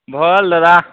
ଭଲ ଦାଦା